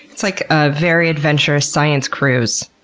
it's like a very adventurous science cruise,